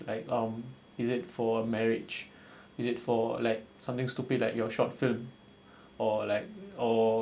like um is it for marriage is it for like something stupid like your short film or like or